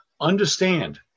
Understand